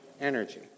energy